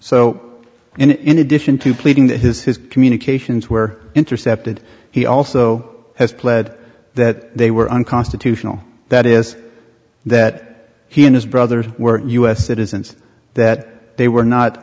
so in addition to pleading that his his communications were intercepted he also has pled that they were unconstitutional that is that he and his brother were u s citizens that they were